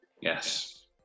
Yes